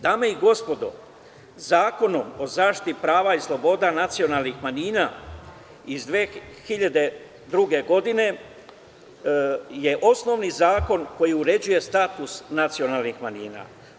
Dame i gospodo, Zakonom o zaštiti prava i sloboda nacionalnih manjina iz 2002. godine je osnovni zakon koji uređuje status nacionalnih manjina.